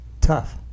tough